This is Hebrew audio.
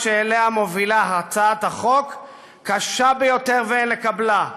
שאליה הצעת החוק מובילה קשה ביותר ואין לקבלה,